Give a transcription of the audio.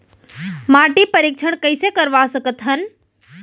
माटी परीक्षण कइसे करवा सकत हन?